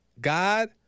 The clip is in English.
God